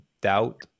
doubt